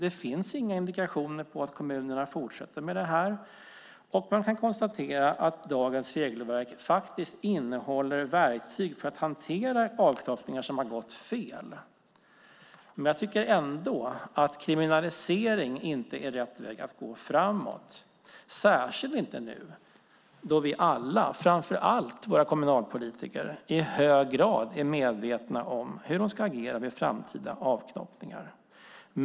Det finns inga indikationer på att kommunerna fortsätter med detta, och man kan konstatera att dagens regelverk faktiskt innehåller verktyg för att hantera avknoppningar som har gått fel. Jag tycker ändå att kriminalisering inte är rätt väg att gå framåt, särskilt inte nu då vi alla och framför allt våra kommunalpolitiker i hög grad är medvetna om hur de ska agera vid framtida avknoppningar.